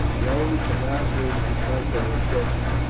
rome cannot wish to conquer a desert,